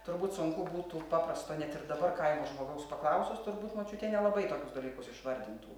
turbūt sunku būtų paprasto net ir dabar kaimo žmogaus paklausus turbūt močiutė nelabai tokius dalykus išvardintų